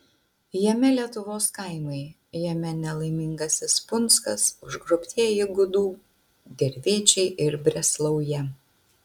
jame lietuvos kaimai jame nelaimingasis punskas užgrobtieji gudų gervėčiai ir breslauja